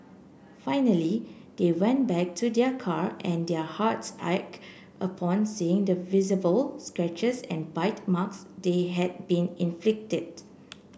finally they went back to their car and their hearts ache upon seeing the visible scratches and bite marks they had been inflicted